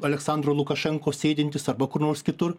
aleksandro lukašenkos sėdintys arba kur nors kitur